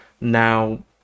Now